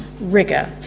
rigor